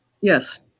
Yes